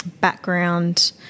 background